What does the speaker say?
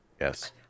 Yes